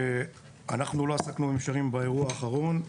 אנחנו לא עסקנו במישרין באירוע האחרון.